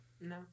no